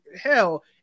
hell